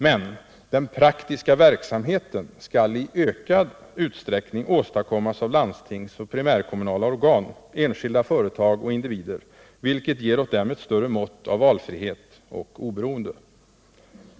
Men den praktiska verksamheten skall i ökad utsträckning åstadkommas av landstingsoch primärkommunala organ, enskilda företag och individer, vilket ger åt dem ett större mått av valfrihet och oberoende.